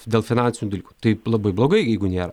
dėl finansinių dalykų tai labai blogai jeigu nėra